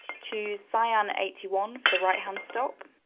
to cyan eighty one for the right-hand stop.